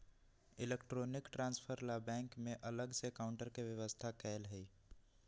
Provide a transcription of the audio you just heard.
electronic transfer ला bank में अलग से काउंटर के व्यवस्था कएल हई